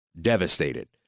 devastated